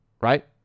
Right